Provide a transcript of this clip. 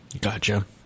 Gotcha